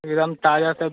एकदम ताजा सब